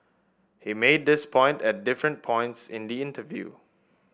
he made this point at different points in the interview